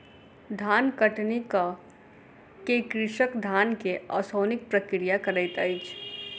धान कटनी कअ के कृषक धान के ओसौनिक प्रक्रिया करैत अछि